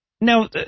Now